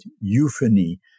euphony